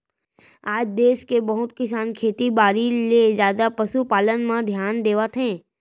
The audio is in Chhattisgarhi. आज देस के बहुत किसान खेती बाड़ी ले जादा पसु पालन म धियान देवत हें